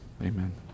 amen